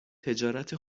تجارت